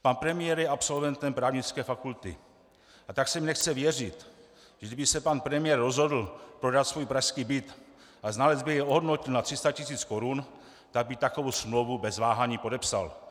Pan premiér je absolventem právnické fakulty, a tak se mi nechce věřit, že kdyby se pan premiér rozhodl prodat svůj pražský byt a znalec by jej ohodnotil na 300 tis. korun, tak by takovou smlouvu bez váhání podepsal.